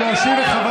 למה הוא מאיים עליו?